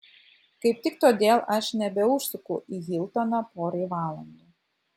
kaip tik todėl aš nebeužsuku į hiltoną porai valandų